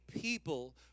people